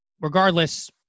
regardless